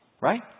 right